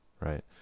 right